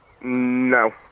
No